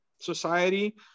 society